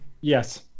Yes